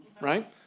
right